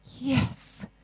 Yes